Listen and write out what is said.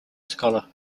scholar